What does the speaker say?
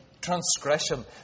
transgression